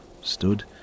stood